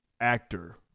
actor